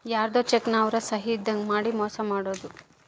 ಯಾರ್ಧೊ ಚೆಕ್ ನ ಅವ್ರ ಸಹಿ ಇದ್ದಂಗ್ ಮಾಡಿ ಮೋಸ ಮಾಡೋದು